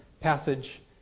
passage